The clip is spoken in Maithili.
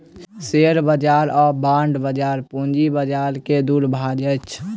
शेयर बाजार आ बांड बाजार पूंजी बाजार के दू भाग अछि